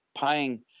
paying